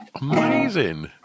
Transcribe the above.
amazing